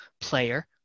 player